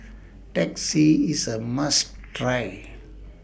Teh C IS A must Try